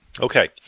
Okay